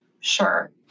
Sure